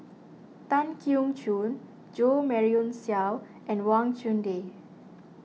Tan Keong Choon Jo Marion Seow and Wang Chunde